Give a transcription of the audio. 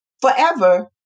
forever